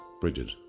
Bridget